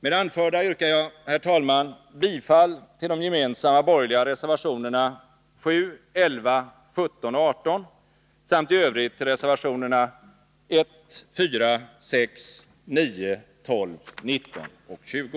Med det anförda yrkar jag, herr talman, bifall till de gemensamma borgerliga reservationerna 7, 11, 17 och 18 samt i övrigt till reservationerna 1, 4, 6, 9, 12, 19 och 20.